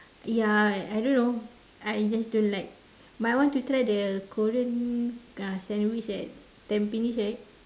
ya I don't know I just don't like but I want to try the korean uh sandwich at tampines right